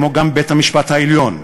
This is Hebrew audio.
כמו גם בית-המשפט העליון,